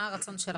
מה הרצון שלכם?